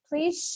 Please